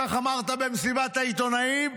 כך אמרת במסיבת העיתונאים,